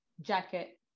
jacket